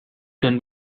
can